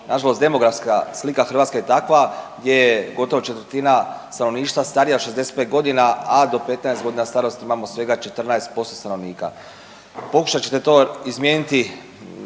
Nažalost demografska slika Hrvatske je takva gdje je gotovo četvrtina stanovništva starija od 65 godina, a do 15 godina starosti imamo svega 14% stanovnika. Pokušat ćete to izmijeniti